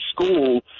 school